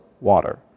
water